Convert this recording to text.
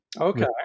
Okay